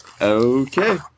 Okay